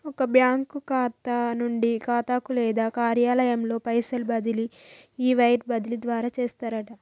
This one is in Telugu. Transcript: ఒక బ్యాంకు ఖాతా నుండి ఖాతాకు లేదా కార్యాలయంలో పైసలు బదిలీ ఈ వైర్ బదిలీ ద్వారా చేస్తారట